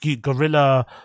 guerrilla